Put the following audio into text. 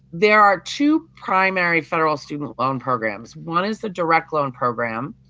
there are two primary federal student loan programs. one is the direct loan program,